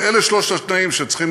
אלה שלושת התנאים שצריכים